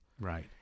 Right